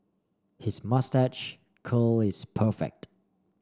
his moustache curl is perfect